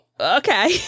okay